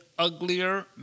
Uglier